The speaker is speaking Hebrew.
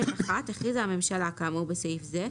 (ב1)הכריזה הממשלה כאמור בסעיף זה,